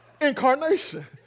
incarnation